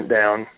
down